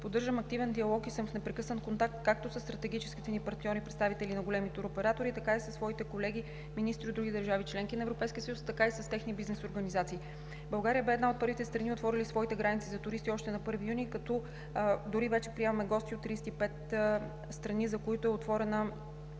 Поддържам активен диалог и съм в непрекъснат контакт както със стратегическите ни партньори – представители на големи туроператори, така със своите колеги –министри от други държави – членки на Европейския съюз, така и с техни бизнес организации. България беше една от първите страни, отворили своите граници за туристи още на 1 юни, като дори вече приемаме гости от 35 страни, за които държавата